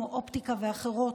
אופטיקה ואחרות,